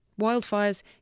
Wildfires